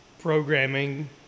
programming